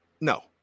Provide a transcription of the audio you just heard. no